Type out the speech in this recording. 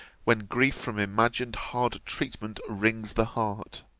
when grief from imagined hard treatment wrings the heart